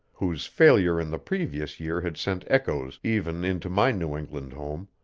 whose failure in the previous year had sent echoes even into my new england home,